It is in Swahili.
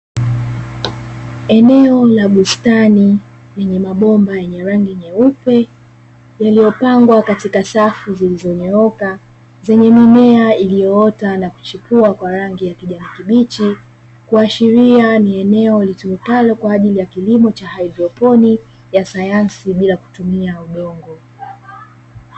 Eneo la bustani lenye mabomba yenye rangi nyeupe, yaliyopangwa katika safu zilizonyooka zenye mimea iliyoota na kuchipua kwa rangi ya kijani kibichi, kuashiria ni eneo litumikalo kwa ajili ya kilimo cha haidroponi ya sayansi bila kutumia udongo.